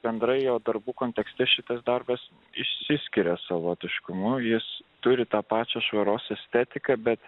bendrai jo darbų kontekste šitas darbas išsiskiria savotiškumu jis turi tą pačią švaros estetiką bet